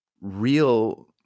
real